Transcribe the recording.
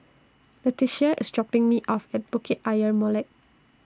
Leticia IS dropping Me off At Bukit Ayer Molek